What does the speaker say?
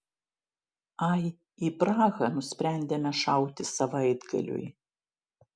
ai į prahą nusprendėme šauti savaitgaliui